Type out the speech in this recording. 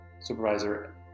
supervisor